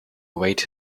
await